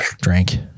drank